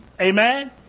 Amen